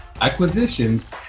acquisitions